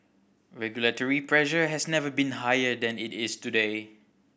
regulatory pressure has never been higher than it is today